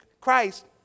Christ